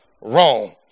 wrong